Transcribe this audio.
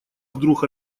вдруг